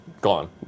gone